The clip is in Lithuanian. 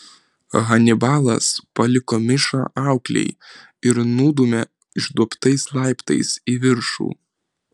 hanibalas paliko mišą auklei ir nudūmė išduobtais laiptais į viršų